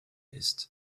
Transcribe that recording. ist